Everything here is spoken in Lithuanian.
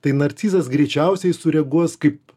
tai narcizas greičiausiai sureaguos kaip